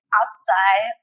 outside